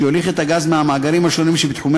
שיוליך את הגז מהמאגרים השונים שבתחומי